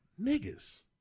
niggas